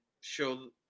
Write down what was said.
show